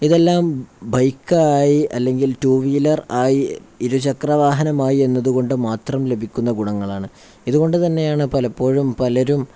ഇതെല്ലാം ബൈക്കായി അല്ലെങ്കിൽ ടു വീലർ ആയി ഇരുചക്ര വാഹനമായി എന്നതുകൊണ്ട് മാത്രം ലഭിക്കുന്ന ഗുണങ്ങളാണ് ഇതുകൊണ്ട് തന്നെയാണ് പലപ്പോഴും പലരും